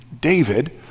david